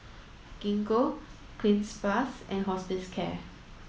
Gingko Cleanz plus and Hospicare